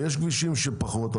ויש כבישים שפחות.